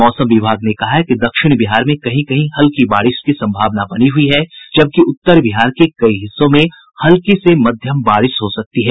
मौसम विभाग ने कहा है कि दक्षिण बिहार में कहीं कहीं हल्की बारिश की संभावना बनी हुयी है जबकि उत्तर बिहार के कई हिस्सों में हल्की से मध्यम बारिश हो सकती है